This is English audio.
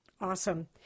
Awesome